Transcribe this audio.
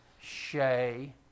Shay